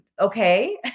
okay